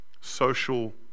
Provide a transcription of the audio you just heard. social